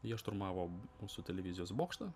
jie šturmavo mūsų televizijos bokštą